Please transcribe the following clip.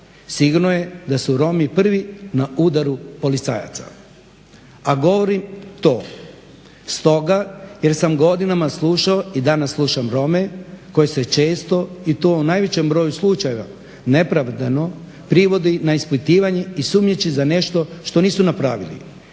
Sigurno je da su Romi prvi na udaru policajaca. A govorim to stoga jer sam godinama slušao i danas slušam Rome koji se često i to u najvećem broju slučajeva neopravdano privodi na ispitivanje i sumnjiči za nešto što nisu napravili.